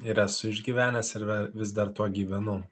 ir esu išgyvenęs ir vis dar tuo gyvenu